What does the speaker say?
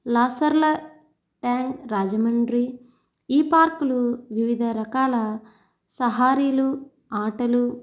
లాసర్ల tank Rajahmundry ఈ పార్కులు వివిధ రకాల సహారీలు ఆటలు